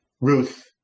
Ruth